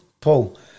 Paul